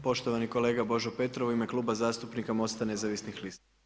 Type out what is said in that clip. Poštovani kolega Božo Petrov u ime Kluba zastupnika MOST-a nezavisnih lista.